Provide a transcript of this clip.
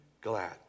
glad